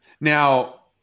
Now